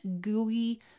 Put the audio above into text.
gooey